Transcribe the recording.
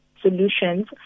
solutions